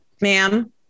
ma'am